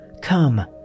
Come